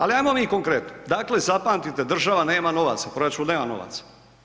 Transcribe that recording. Ali ajmo mi konkretno, dakle zapamtite, država nema novaca, proračun nema novaca.